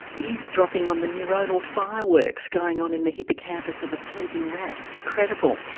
eavesdropping on the neuronal fireworks going on in the hippocampus of a sleeping rat it's incredible,